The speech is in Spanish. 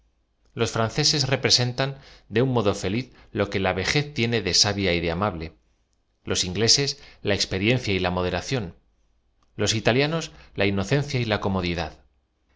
los ñ'anceses representan de un modo fe liz lo que la vejez tiene de sabia y de amable los ingleses la ex periencia y la moderación los italianos la inocencia y la comodidad